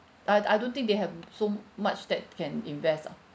I I don't think they have mm so much that can invest lah